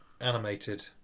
animated